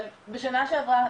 בשנה שעברה,